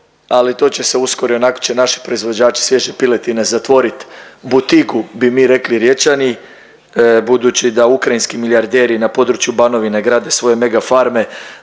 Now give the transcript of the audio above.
ali to će se uskoro i onako će naši proizvođači svježe piletine zatvorit butigu mi bi rekli Riječani, budući da ukrajinski milijarderi na području Banovine grade svoje megafarme